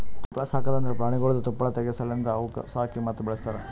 ತುಪ್ಪಳ ಸಾಕದ್ ಅಂದುರ್ ಪ್ರಾಣಿಗೊಳ್ದು ತುಪ್ಪಳ ತೆಗೆ ಸಲೆಂದ್ ಅವುಕ್ ಸಾಕಿ ಮತ್ತ ಬೆಳಸ್ತಾರ್